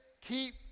keep